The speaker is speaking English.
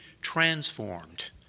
transformed